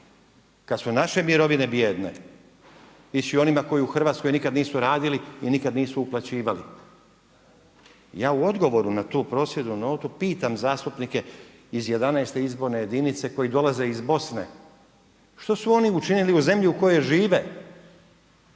kada su i naše mirovine bijedne ići i onima koji u Hrvatskoj nikada nisu radili i nikada nisu uplaćivali. Ja u odgovoru na tu prosvjednu notu pitam zastupnike iz 11. izborne jedinice koji dolaze iz Bosne što su oni učinili u zemlji u kojoj žive